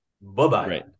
Bye-bye